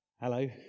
Hello